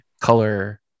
color